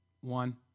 One